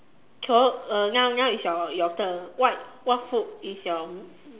so uh now now is your your turn what what food is your